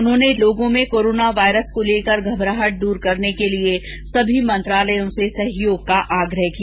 उन्होंने लोगों में कोरोना वायरस को लेकर घबराहट दूर करने के लिए सभी मंत्रालयों से सहयोग का आग्रह किया